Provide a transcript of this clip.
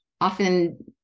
often